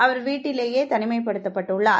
அவர் வீட்டிலேயே தனிமைப்படுத்தப்பட்டுள்ளார்